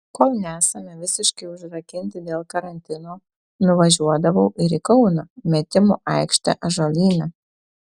kol nesame visiškai užrakinti dėl karantino nuvažiuodavau ir į kauną metimų aikštę ąžuolyne